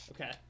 Okay